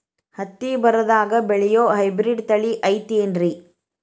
ಹತ್ತಿ ಬರದಾಗ ಬೆಳೆಯೋ ಹೈಬ್ರಿಡ್ ತಳಿ ಐತಿ ಏನ್ರಿ?